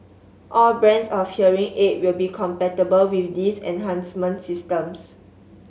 all brands of hearing aid will be compatible with these enhancement systems